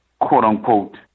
quote-unquote